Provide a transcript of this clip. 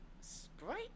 Sprite